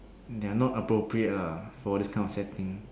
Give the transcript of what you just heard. they are not appropriate lah for this kind of setting